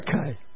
Okay